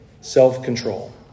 Self-control